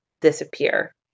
disappear